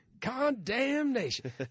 Condemnation